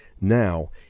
Now